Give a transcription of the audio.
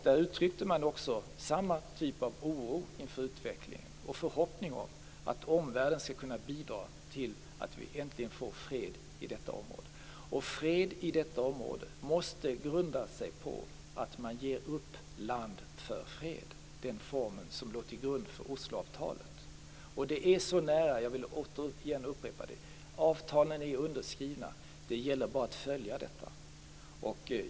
Där uttryckte man samma typ av oro inför utvecklingen, och man hade förhoppningar om att omvärlden skall kunna bidra till att det äntligen blir fred i detta område. Fred i detta område måste grunda sig på att man ger upp land för fred. Det är den formel som låg till grund för Olsoavtalet. Det är så nära. Jag vill återigen upprepa det. Avtalen är underskrivna. Det gäller bara att följa dem.